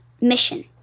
mission